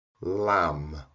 lamb